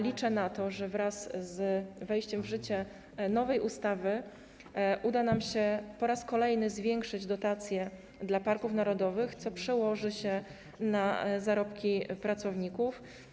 Liczę na to, że wraz z wejściem w życie nowej ustawy uda nam się po raz kolejny zwiększyć dotacje dla parków narodowych, co przełoży się na zarobki pracowników.